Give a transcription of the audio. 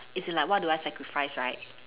as in like what do I sacrifice right